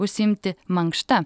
užsiimti mankšta